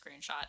screenshot